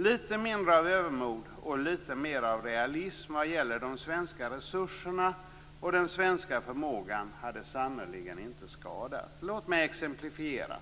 Lite mindre av övermod och lite mer av realism vad gäller de svenska resurserna och den svenska förmågan hade sannerligen inte skadat. Låt mig exemplifiera.